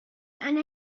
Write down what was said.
and